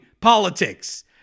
politics